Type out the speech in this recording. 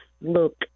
look